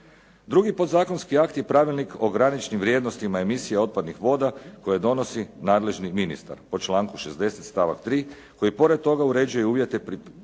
Drugi podzakonski akti i pravilnik o graničnim vrijednostima emisija otpadnih voda koje donosi nadležni ministar po članku 60. stavak 3. koji pored toga uređuje uvjete privremenog